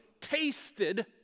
tasted